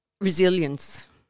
Resilience